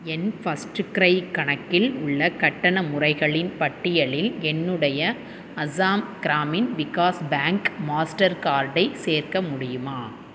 என் FirstCry கணக்கில் உள்ள கட்டண முறைகளின் பட்டியலில் என்னுடைய அசாம் கிராமின் விகாஷ் பேங்க் மாஸ்டர் கார்டை சேர்க்க முடியுமா